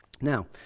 Now